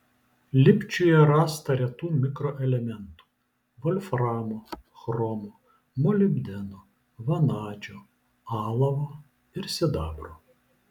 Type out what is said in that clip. lipčiuje rasta retų mikroelementų volframo chromo molibdeno vanadžio alavo ir sidabro